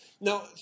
Now